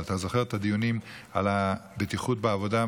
אבל אתה זוכר את הדיונים על הבטיחות בעבודה,